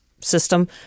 system